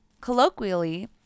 Colloquially